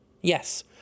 Yes